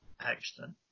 accident